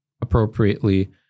appropriately